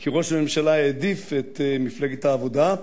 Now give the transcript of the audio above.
כי ראש הממשלה העדיף את מפלגת העבודה,